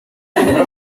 kamonyi